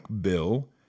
Bill